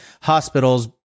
hospitals